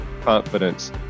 confidence